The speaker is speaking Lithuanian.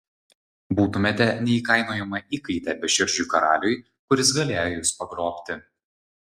būtumėte neįkainojama įkaitė beširdžiui karaliui kuris galėjo jus pagrobti